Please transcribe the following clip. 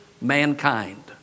mankind